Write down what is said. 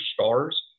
stars